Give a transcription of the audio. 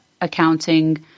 accounting